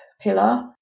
pillar